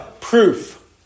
proof